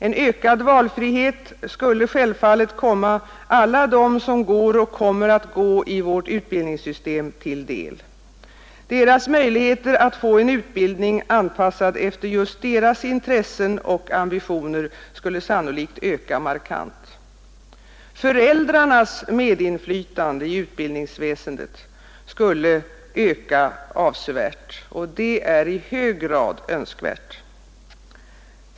En ökad valfrihet skulle självfallet komma alla dem till del som går, och kommer att gå, i vårt utbildningssystem. Deras möjligheter att få en utbildning anpassad efter just deras intressen och ambitioner skulle sannolikt öka markant. Föräldrarnas medinflytande i utbildningsväsendet skulle öka avsevärt, och det är i hög grad önskvärt.